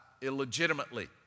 illegitimately